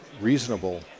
reasonable